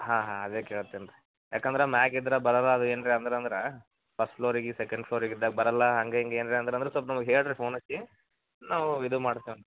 ಹಾಂ ಹಾಂ ಅದೇ ಕೇಳ್ತಿನಿ ರೀ ಯಾಕಂದ್ರೆ ಮ್ಯಾಗೆ ಇದ್ರೆ ಬರಲಾದ್ರೆ ಏನ್ದ್ರ ಅಂದ್ರೆ ಅಂದ್ರೆ ಫಸ್ಟ್ ಫ್ಲೋರಿಗೆ ಸೆಕೆಂಡ್ ಫ್ಲೋರಿಗೆ ಬರೋಲ್ಲ ಹಾಂಗೆ ಹಿಂಗೇ ಏನರೂ ಅಂದ್ರೆ ಅಂದು ಸ್ವಲ್ಪ ಹೇಳಿರಿ ಫೋನ್ ಹಚ್ಚಿ ನಾವು ಇದು ಮಾಡ್ತೇವಂತೆ